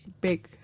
big